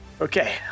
Okay